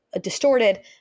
distorted